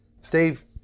Steve